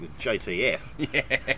JTF